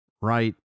right